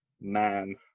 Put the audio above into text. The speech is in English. man